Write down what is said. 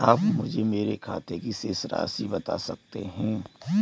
आप मुझे मेरे खाते की शेष राशि बता सकते हैं?